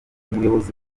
umuyobozi